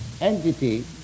entity